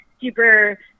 super